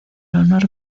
honor